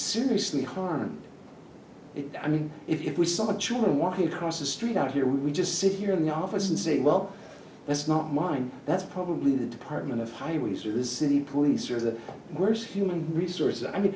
seriously harmed i mean if we saw children walking across the street out here we just sit here in the office and say well that's not mine that's probably the department of highways or the city police are the worst human resources i mean